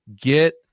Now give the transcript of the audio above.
get